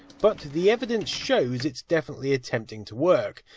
but, the evidence shows, its definitely attempting to work,